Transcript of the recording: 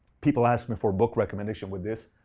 people ask me for book recommendations with this,